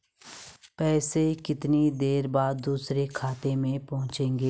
पैसे कितनी देर बाद दूसरे खाते में पहुंचेंगे?